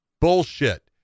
Bullshit